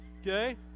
okay